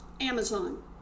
amazon